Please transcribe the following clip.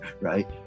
right